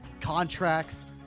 contracts